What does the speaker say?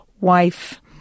wife